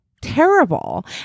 terrible